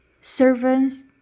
Servants